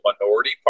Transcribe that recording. minority